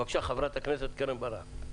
בבקשה, חברת הכנסת קרן ברק.